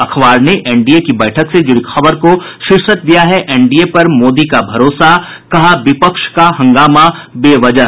अखबार ने एनडीए की बैठक से जुड़ी खबर को शीर्षक दिया है एनडीए पर मोदी का भरोसा कहा विपक्ष का हंगामा बेवजह